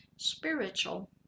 spiritual